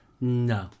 no